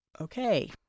Okay